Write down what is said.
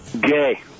Gay